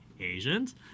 Asians